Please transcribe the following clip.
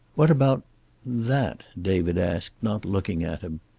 what about that? david asked, not looking at him.